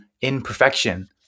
imperfection